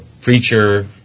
preacher